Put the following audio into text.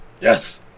Yes